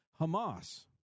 Hamas